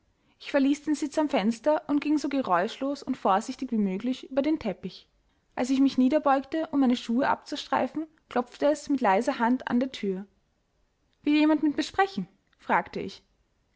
ich verließ den sitz am fenster und ging so geräuschlos und vorsichtig wie möglich über den teppich als ich mich niederbeugte um meine schuhe abzustreifen klopfte es mit leiser hand an die thür will jemand mit mir sprechen fragte ich